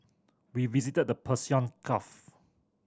we visited the Persian Gulf